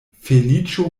feliĉo